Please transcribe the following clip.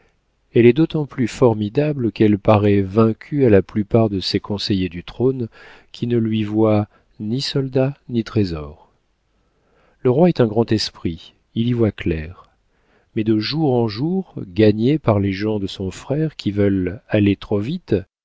elle est d'autant plus formidable qu'elle paraît vaincue à la plupart de ces conseillers du trône qui ne lui voient ni soldats ni trésors le roi est un grand esprit il y voit clair mais de jour en jour gagné par les gens de son frère qui veulent aller trop vite